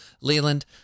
Leland